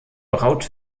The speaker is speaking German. braut